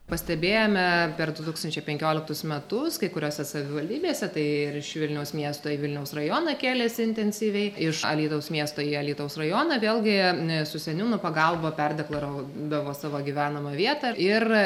pastebėjome per du tūkstančiai penkioliktus metus kai kuriose savivaldybėse tai ir iš vilniaus miesto į vilniaus rajoną kėlėsi intensyviai iš alytaus miesto į alytaus rajoną vėl gi su seniūno pagalba perdeklaravo davo savo gyvenamą vietą ir